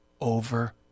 over